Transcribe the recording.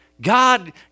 God